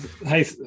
hey